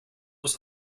was